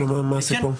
מה הסיפור?